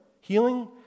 Healing